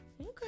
Okay